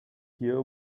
hier